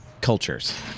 cultures